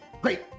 Great